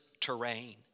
terrain